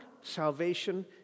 salvation